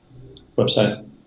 website